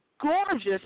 gorgeous